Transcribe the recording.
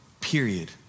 period